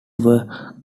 were